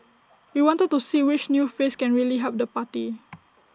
we wanted to see which new face can really help the party